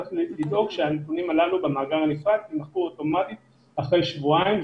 צריך לדאוג שהנתונים הללו במאגר הנפרד יימחקו אוטומטית אחרי שבועיים.